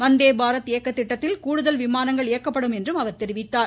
வந்தே பாரத் இயக்க திட்டத்தில் கூடுதல் விமானங்கள் இயக்கப்படும் என்றும் அவர் கூறினார்